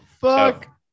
fuck